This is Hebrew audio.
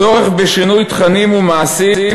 צורך בשינוי תכנים ומעשים,